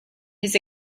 his